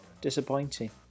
disappointing